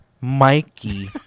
Mikey